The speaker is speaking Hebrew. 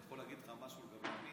אני יכול להגיד לך משהו גם אני?